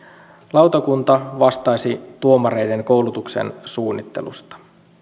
lautakunta vastaisi tuomareiden koulutuksen suunnittelusta